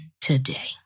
today